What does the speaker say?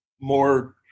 more